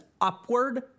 upward